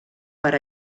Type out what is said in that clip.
per